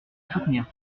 soutenir